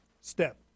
step